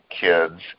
kids